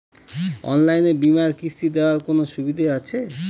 অনলাইনে বীমার কিস্তি দেওয়ার কোন সুবিধে আছে?